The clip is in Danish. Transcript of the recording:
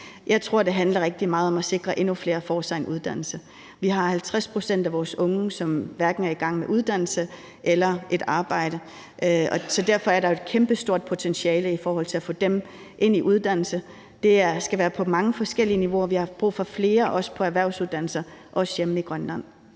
Jeg tror, det handler rigtig meget om at sikre, at endnu flere får sig en uddannelse. Vi har 50 pct. af vores unge, som hverken er i gang med uddannelse eller har et arbejde, så derfor er der et kæmpestort potentiale i forhold til at få dem ind på en uddannelse. Det skal være på mange forskellige niveauer. Vi har også brug for flere på erhvervsuddannelser, også hjemme i Grønland.